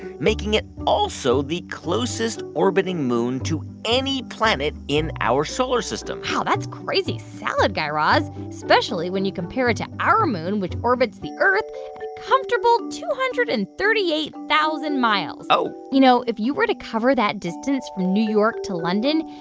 making it also the closest-orbiting moon to any planet in our solar system wow, that's crazy salad, guy raz, especially when you compare it to our moon, which orbits the earth at a comfortable two hundred and thirty eight thousand miles oh you know, if you were to cover that distance from new york to london,